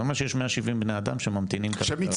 זה אומר שיש 170 בני אדם שממתינים כרגע.